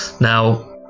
Now